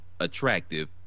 attractive